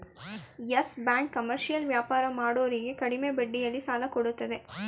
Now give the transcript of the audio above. Yes Bank commercial ವ್ಯಾಪಾರ ಮಾಡೋರಿಗೆ ಕಡಿಮೆ ಬಡ್ಡಿಯಲ್ಲಿ ಸಾಲ ಕೊಡತ್ತದೆ